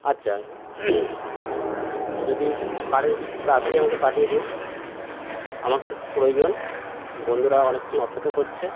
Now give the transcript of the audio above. আচ্ছা যদি পারেন খুব তাড়াতাড়ি আমাকে পাঠিয়ে দিন আমার খুব প্রয়োজন বন্ধুরা অনেকক্ষণ অপেক্ষা করছে